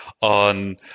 on